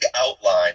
outline